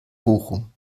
bochum